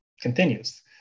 continues